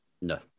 No